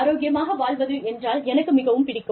ஆரோக்கியமாக வாழ்வது என்றால் எனக்கு மிகவும் பிடிக்கும்